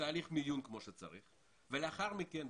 לתהליך מיון כמו שצריך ולאחר מכן,